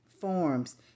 forms